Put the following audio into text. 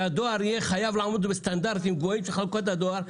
שהדואר יהיה חייב לעמוד בסטנדרטים גבוהים של חלוקת הדואר,